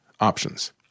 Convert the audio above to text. options